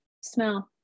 smell